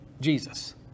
Jesus